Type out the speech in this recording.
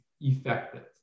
effective